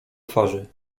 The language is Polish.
twarzy